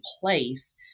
place